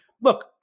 look